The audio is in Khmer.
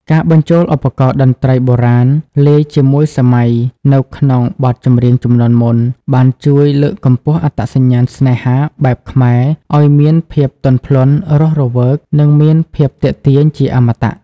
ការបញ្ចូលឧបករណ៍តន្ត្រីបុរាណលាយជាមួយសម័យនៅក្នុងបទចម្រៀងជំនាន់មុន បានជួយលើកកម្ពស់អត្តសញ្ញាណស្នេហាបែបខ្មែរឱ្យមានភាពទន់ភ្លន់ រស់រវើក និងមានភាពទាក់ទាញជាអមតៈ។